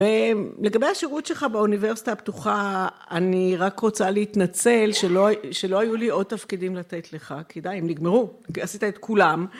לגבי השירות שלך באוניברסיטה הפתוחה, אני רק רוצה להתנצל שלא היו לי עוד תפקידים לתת לך, כי די, הם נגמרו, עשית את כולם.